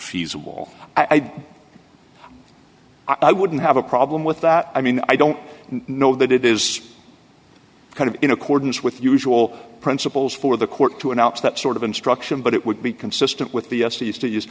feasible i don't i wouldn't have a problem with that i mean i don't know that it is kind of in accordance with usual principles for the court to announce that sort of instruction but it would be consistent with the s